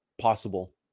possible